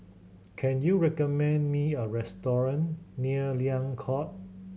can you recommend me a restaurant near Liang Court